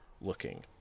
looking